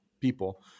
people